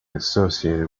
associated